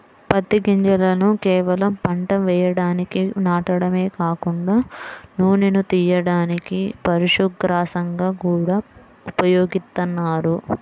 పత్తి గింజలను కేవలం పంట వేయడానికి నాటడమే కాకుండా నూనెను తియ్యడానికి, పశుగ్రాసంగా గూడా ఉపయోగిత్తన్నారు